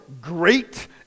great